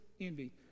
envy